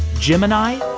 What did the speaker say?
gemini,